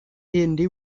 hindi